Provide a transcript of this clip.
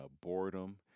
boredom